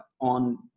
on